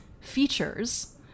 features